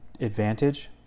advantage